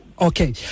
Okay